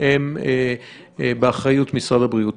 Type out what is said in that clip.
הם באחריות משרד הבריאות.